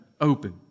open